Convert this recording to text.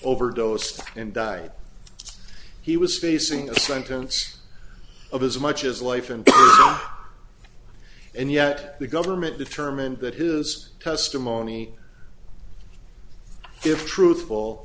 overdosed and died he was facing a sentence of as much as life and and yet the government determined that his testimony if truthful